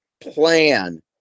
plan